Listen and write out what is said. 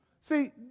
See